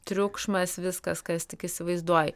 triukšmas viskas kas tik įsivaizduoji